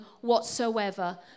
whatsoever